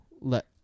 let